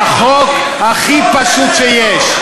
החוק הכי פשוט שיש.